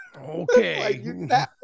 Okay